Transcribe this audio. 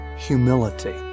humility